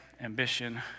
ambition